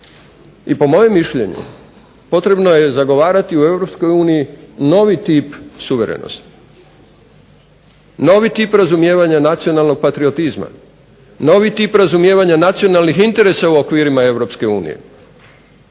i po mojem mišljenju potrebno je zagovarati u Europskoj uniji novi tip suverenosti, novi tip razumijevanja nacionalnog patriotizma, novi tip razumijevanja nacionalnih interesa u okvirima